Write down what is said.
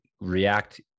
React